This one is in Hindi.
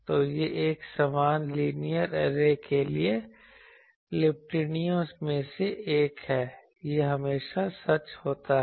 तो यह एक समान लीनियर ऐरे के लिए टिप्पणियों में से एक है यह हमेशा सच होता है